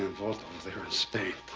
vault over there in spain,